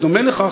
בדומה לכך,